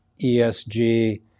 ESG